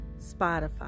Spotify